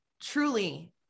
truly